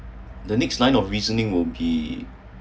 the next line of reasoning would be